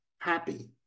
happy